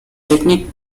technique